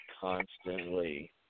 constantly